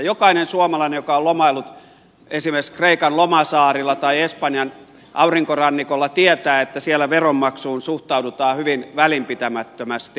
jokainen suomalainen joka on lomaillut esimerkiksi kreikan lomasaarilla tai espanjan aurinkorannikolla tietää että siellä veronmaksuun suhtaudutaan hyvin välinpitämättömästi